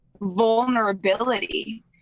vulnerability